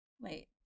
Wait